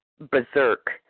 Berserk